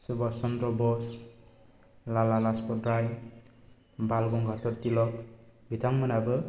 सुभाष चन्द्र बस लाला राजपत राय बल गंगाधर तिलक बिथांमोनहाबो